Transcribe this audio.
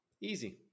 Easy